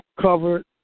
covered